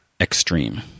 extreme